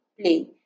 play